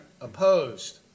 opposed